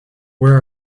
where